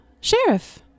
Sheriff